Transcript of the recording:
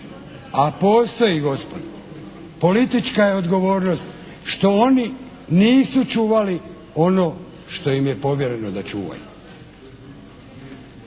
a postoji gospodo. Politička je odgovornost što oni nisu čuvali ono što im je povjereno da čuvaju.